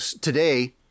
today